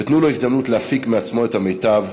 ותנו לו הזדמנות להפיק מעצמו את המיטב,